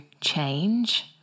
change